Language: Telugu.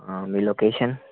మీ లొకేషన్